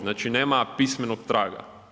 Znači nema pismenog traga.